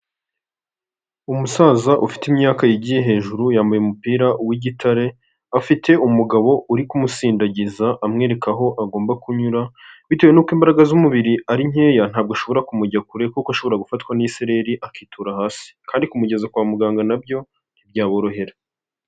Umusaza ufite imyaka yigiye hejuru yambaye umupira w'igitare, afite umugabo uri kumusindagiza amwereka aho agomba kunyura, bitewe nuko imbaraga z'umubiri ari nkeya, ntabwo ashobora kumujya kure kuko ashobora gufatwa n'isereri akitura hasi, kandi kumugeza kwa muganga na byo ntibyaborohera.